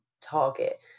target